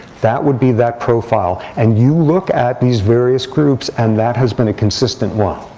that would be that profile. and you look at these various groups. and that has been a consistent one.